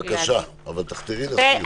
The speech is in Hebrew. בבקשה, אבל תחתרי לסיום.